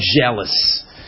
jealous